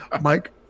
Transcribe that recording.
Mike